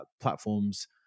platforms